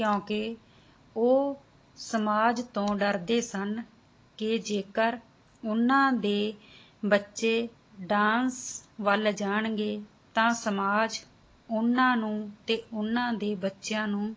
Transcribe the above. ਕਿਉਂਕਿ ਉਹ ਸਮਾਜ ਤੋਂ ਡਰਦੇ ਸਨ ਕਿ ਜੇਕਰ ਉਹਨਾਂ ਦੇ ਬੱਚੇ ਡਾਂਸ ਵੱਲ ਜਾਣਗੇ ਤਾਂ ਸਮਾਜ ਉਹਨਾਂ ਨੂੰ ਤੇ ਉਹਨਾਂ ਦੇ ਬੱਚਿਆਂ ਨੂੰ